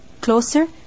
Closer